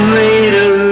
later